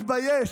אני מתבייש,